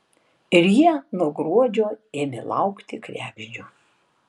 ir jie nuo gruodžio ėmė laukti kregždžių